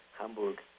Hamburg